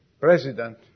president